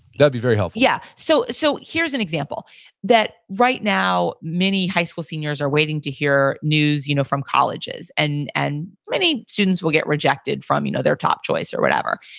be very helpful yeah. so so here's an example that right now, many high school seniors are waiting to hear news you know from colleges. and and many students will get rejected from you know their top choice or whatever.